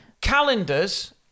Calendars